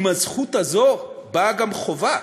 עם הזכות הזו באה גם חובה,